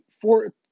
four –